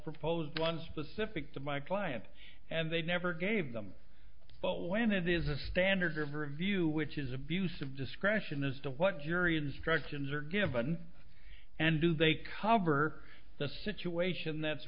proposed one specific to my client and they never gave them but when it is a standard of review which is abuse of discretion as to what jury instructions are given and do they cover the situation that's